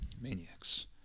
Maniacs